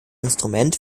instrument